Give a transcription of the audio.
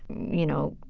you know,